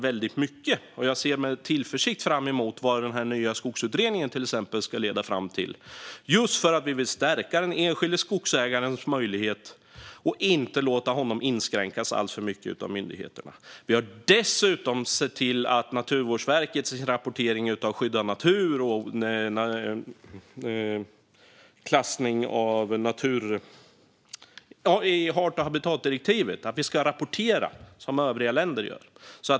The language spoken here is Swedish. Jag ser till exempel med tillförsikt fram emot vad den nya skogsutredningen ska leda till, just för att vi vill stärka den enskilde skogsägarens möjlighet och inte låta honom inskränkas alltför mycket av myndigheterna. Vi har dessutom sett till Naturvårdsverkets rapportering av skyddad natur och att Sverige ska rapportera i art och habitatdirektivet, som övriga länder gör.